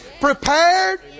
prepared